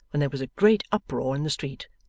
when there was a great uproar in the street,